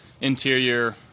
interior